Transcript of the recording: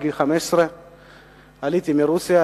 בגיל 15. עליתי מרוסיה,